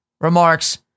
remarks